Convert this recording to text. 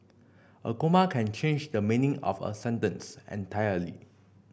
a comma can change the meaning of a sentence entirely